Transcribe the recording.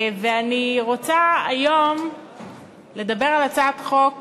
אני רוצה היום לדבר על הצעת חוק